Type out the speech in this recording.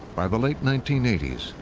by the late nineteen eighty s,